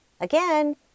again